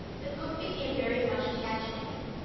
the cook became very much attached to him.